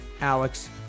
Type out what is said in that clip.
Alex